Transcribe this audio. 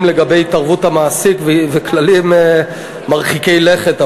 לגבי התערבות המעסיק וכללים מרחיקי לכת אפילו,